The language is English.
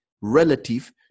relative